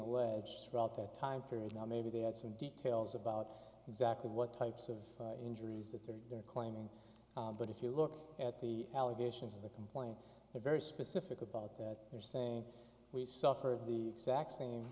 alleged throughout that time period now maybe they had some details about exactly what types of injuries that they are claiming but if you look at the allegations of the complaint they're very specific about that they're saying we suffered the exact same